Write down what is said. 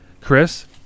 Chris